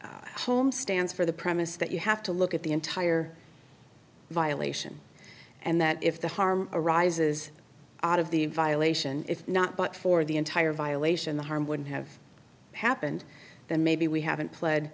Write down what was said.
client home stands for the premise that you have to look at the entire violation and that if the harm arises out of the violation if not but for the entire violation the harm would have happened then maybe we haven't pled